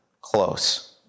close